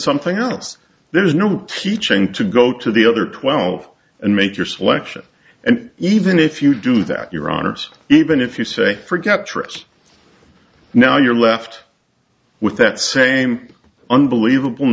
something else there is no teaching to go to the other twelve and make your selection and even if you do that your honors even if you say forget tricks now you're left with that same unbelievable